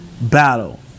battle